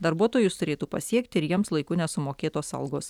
darbuotojus turėtų pasiekti ir jiems laiku nesumokėtos algos